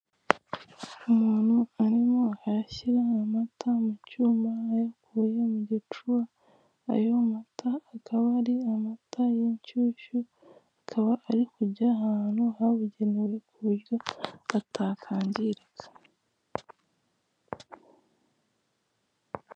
Umuntu arimo arashyira amata mu cyuma ayakuye mu gicuba ayo mata akaba ari amata y'inshyushyu akaba ari kujya ahantu habugenewe ku buryo atakangirika .